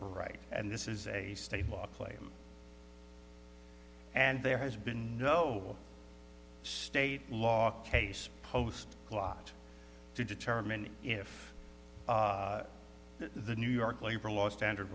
right and this is a stable place and there has been no state law case post a lot to determine if the new york labor law standard